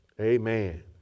Amen